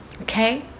Okay